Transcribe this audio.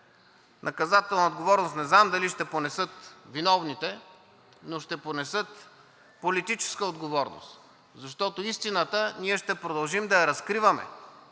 наказателна отговорност не знам дали ще понесат виновните, но ще понесат политическа отговорност. Защото истината ние ще продължим да я разкриваме